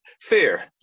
fear